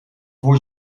voor